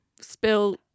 spill